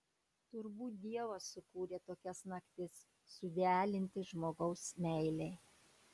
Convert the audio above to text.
turbūt dievas sukūrė tokias naktis suidealinti žmogaus meilei